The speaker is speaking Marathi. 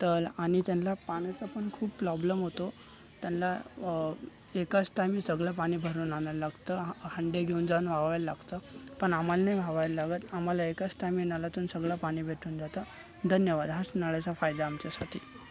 तर आणि त्यांना पाण्याचापण खूप प्लॉब्लम होतो त्यांना एकाच टायमनी सगळं पाणी भरून आणायला लागतं तर हंडे घेऊन जाऊन वावायला लागतं पण आम्हाला नानी वाव्हायला लागत एकाच टायमी नळातून सगळं पाणी भेटून जातं धन्यवाद हाच नळाचा फायदा आमच्यासाठी